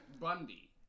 Bundy